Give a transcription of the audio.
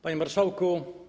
Panie Marszałku!